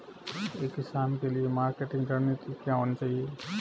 एक किसान के लिए मार्केटिंग रणनीति क्या होनी चाहिए?